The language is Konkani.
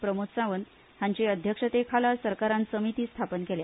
प्रमोद सावंत हांचे अध्यक्षते खाला सरकारान समिती स्थापन केल्या